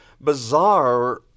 bizarre